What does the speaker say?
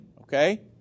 okay